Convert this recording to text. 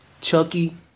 Chucky